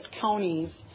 counties